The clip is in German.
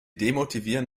demotivieren